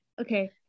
Okay